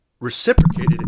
reciprocated